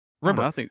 Remember